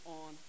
on